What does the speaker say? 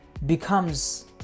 becomes